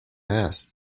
ass